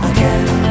Again